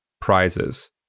Prizes